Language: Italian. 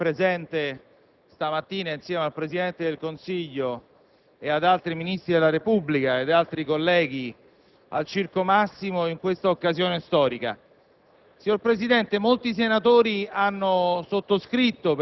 ringrazio il senatore De Angelis che era con me presente stamattina insieme al Presidente del Consiglio, ad altri Ministri della Repubblica e ad altri colleghi al Circo Massimo in questa occasione storica.